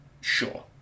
sure